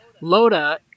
Loda